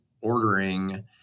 ordering